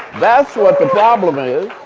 that's what the problem is.